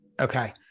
Okay